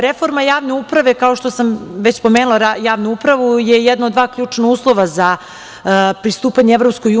Reforma javne uprave, kao što sam već spomenula, je jedno od dva ključna uslova za pristupanje EU.